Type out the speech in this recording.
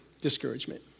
discouragement